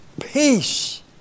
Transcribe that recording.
Peace